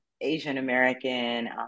Asian-American